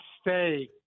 stay